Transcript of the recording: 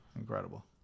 Incredible